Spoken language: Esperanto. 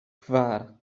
kvar